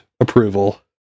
approval